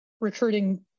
recruiting